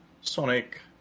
Sonic